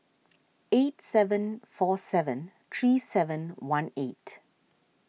eight seven four seven three seven one eight